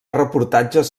reportatges